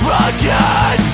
again